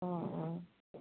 অঁ অঁ